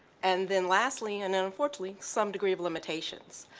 and then lastly, and and unfortunately, some degree of limitations.